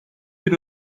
bir